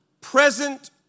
present